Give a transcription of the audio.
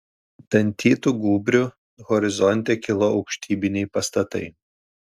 dantytu gūbriu horizonte kilo aukštybiniai pastatai